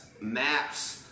Maps